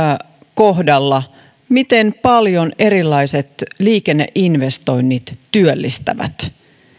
kohdalla siitä miten paljon erilaiset liikenneinvestoinnit työllistävät